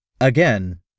Again